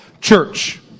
church